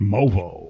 Movo